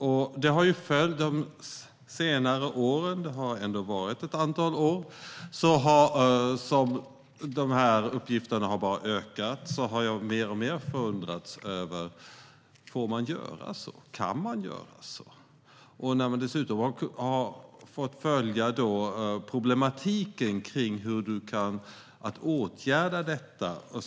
Under följande år - det har ändå gått ett antal år sedan dess - har uppgifterna om det här bara ökat, och jag har förundrats än mer över att man får och kan göra så. Vi har dessutom kunnat följa problematiken när det gäller att åtgärda detta.